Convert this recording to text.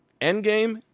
Endgame